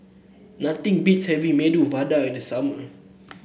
nothing beats having Medu Vada in the summer